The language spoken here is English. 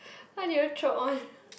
what did you choke on